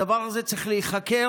הדבר הזה צריך להיחקר.